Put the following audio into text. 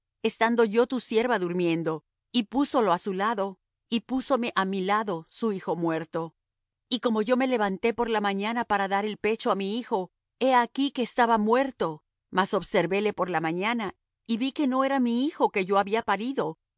estando yo tu sierva durmiendo y púsolo á su lado y púsome á mi lado su hijo muerto y como yo me levanté por la mañana para dar el pecho á mi hijo he aquí que estaba muerto mas observéle por la mañana y vi que no era mi hijo que yo había parido